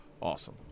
awesome